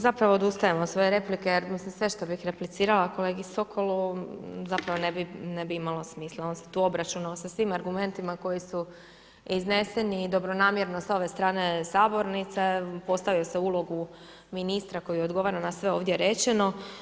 Zapravo odustajem od svoje replike, jer mislim sve što bi replicirala kolegi Sokolu ne bi imao smisla, on se tu obračunao sa svim argumentima koji su izneseni i dobronamjerno s ove strane sabornice, postavio se u ulogu ministra, koji odgovara na sve ovdje rečeno.